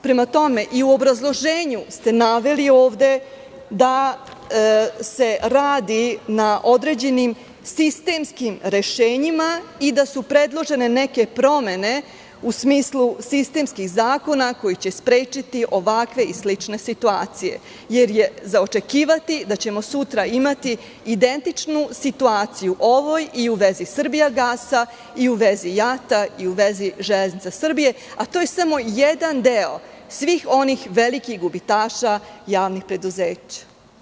Prema tome, i u obrazloženju ste naveli ovde da se radi na određenim sistemskim rešenjima i da su predložene neke promene u smislu sistemskih zakona koji će sprečiti ovakve i slične situacije jer je za očekivati da ćemo sutra imati identičnu situaciju u ovoj, i u vezi "Srbijagasa", i u vezi "JAT-a" i vezi "Železnica Srbije", a to je samo jedan deo svih onih velikih gubitaša javnih preduzeća.